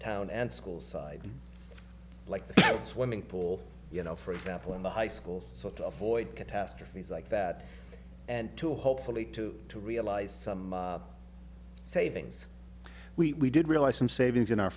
town and school side like that swimming pool you know for example in the high school so to avoid catastrophes like that and to hopefully to to realize some savings we did realize some savings in our